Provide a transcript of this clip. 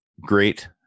great